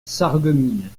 sarreguemines